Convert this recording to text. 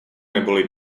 neboli